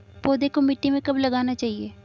पौधे को मिट्टी में कब लगाना चाहिए?